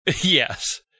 Yes